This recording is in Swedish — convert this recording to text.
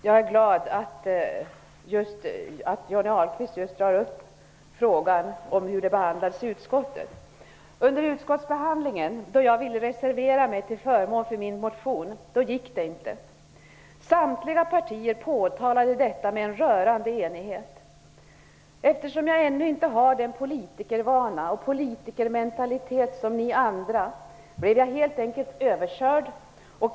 Herr talman! Jag är glad över att Johnny Ahlqvist just tog upp frågan om hur saken har behandlats i utskottet. När jag under utskottsbehandlingen ville reservera mig till förmån för min motion gick inte det. Samtliga partier påtalade detta med en rörande enighet. Eftersom jag ännu inte har den politikervana och politikermentalitet som ni andra har, blev jag helt enkelt överkörd.